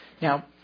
Now